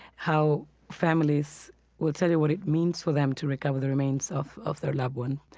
how families will tell you what it means for them to recover the remains of of their loved ones.